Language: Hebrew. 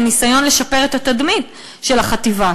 בניסיון לשפר את התדמית של החטיבה.